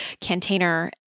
container